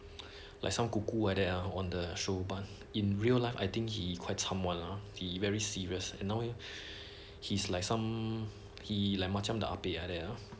like some cuckoo like that ah on the show but in real life I think he quite chiam [one] lah he very serious you know he's like some he like macam the ah pek like that ah